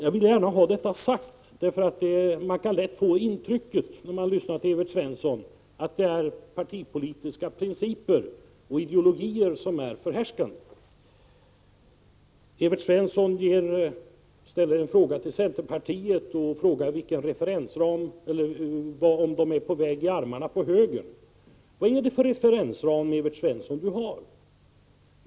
Jag vill gärna ha detta sagt, för när man lyssnar på Evert Svensson kan man lätt få intrycket att det är partipolitiska principer och ideologier som är förhärskande. Evert Svensson ställde en fråga till centerpartiets företrädare och undrade om man inom centern är på väg att hamna i armarna på högern. Vad är det för referensramar som Evert Svensson har?